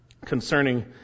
concerning